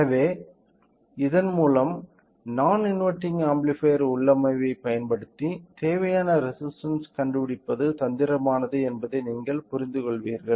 எனவே இதன்மூலம் நான் இன்வெர்டிங் ஆம்ப்ளிஃபையர் உள்ளமைவைப் பயன்படுத்தி தேவையான ரெசிஸ்டன்ஸ் கண்டு பிடிப்பது தந்திரமானது என்பதை நீங்கள் புரிந்துகொள்வீர்கள்